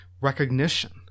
recognition